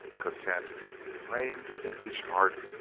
content reigned in each heart,